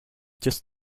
just